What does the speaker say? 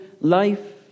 life